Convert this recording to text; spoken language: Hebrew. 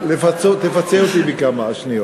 אבל תיתן לי, תפצה אותי בכמה שניות.